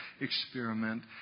experiment